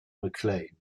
mcclain